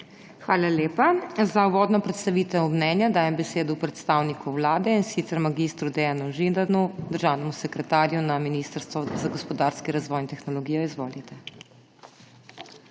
Hvala lepa. Za uvodno predstavitev mnenja dajem besedo predstavniku Vlade, in sicer mag. Dejanu Židanu, državnemu sekretarju na Ministrstvu za gospodarski razvoj in tehnologijo. Izvolite.